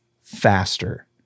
faster